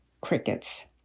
crickets